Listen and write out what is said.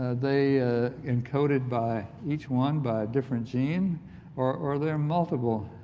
they encoded by each one by a different gene or are there multiple